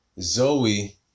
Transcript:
Zoe